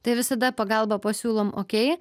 tai visada pagalba pasiūlom okei